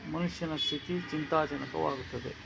ಮನುಷ್ಯನ ಸ್ಥಿತಿ ಚಿಂತಾಜನಕವಾಗುತ್ತದೆ